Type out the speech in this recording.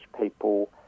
people